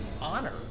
honor